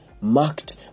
marked